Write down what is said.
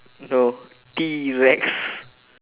no T-rex